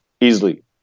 easily